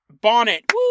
Bonnet